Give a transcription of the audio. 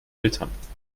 eltern